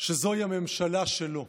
שזוהי הממשלה שלו.